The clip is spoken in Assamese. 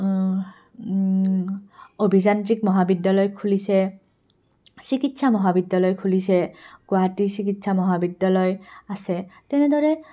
অভিযান্ত্ৰিক মহাবিদ্যালয় খুলিছে চিকিৎসা মহাবিদ্যালয় খুলিছে গুৱাহাটী চিকিৎসা মহাবিদ্যালয় আছে তেনেদৰে